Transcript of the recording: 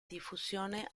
diffusione